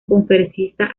conferencista